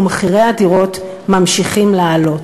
ומחירי הדירות ממשיכים לעלות.